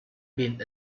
been